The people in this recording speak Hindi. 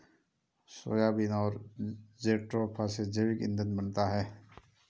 सोयाबीन और जेट्रोफा से जैविक ईंधन बनता है